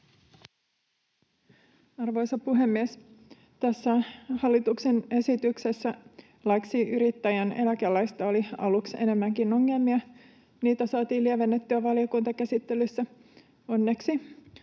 Arvoisa puhemies! Tässä hallituksen esityksessä laiksi yrittäjän eläkelaista oli aluksi enemmänkin ongelmia. Niitä saatiin lievennettyä valiokuntakäsittelyssä, onneksi.